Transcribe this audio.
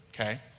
okay